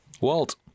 Walt